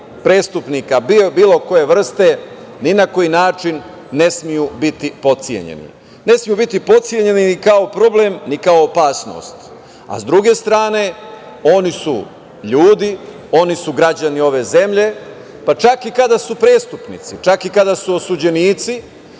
prestupnika bilo koje vrste, ni na koji način ne smeju biti potcenjeni. Ne smeju biti potcenjeni kao problem, ni kao opasnost. Sa druge strane, oni su ljudi, oni su građani ove zemlje, pa čak i kada su prestupnici, čak i kada su osuđenici